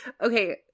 Okay